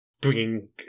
bringing